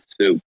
soup